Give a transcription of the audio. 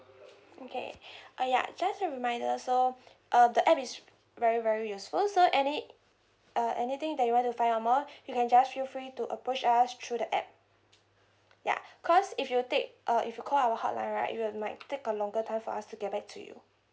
okay oh ya just a reminder so uh the app is very very useful so any uh anything that you want to find out more you can just feel free to approach us through the app ya cause if you take uh if you call our hotline right it will might take a longer time for us to get back to you